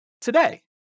today